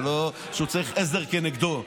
הוא לא צריך עזר כנגדו,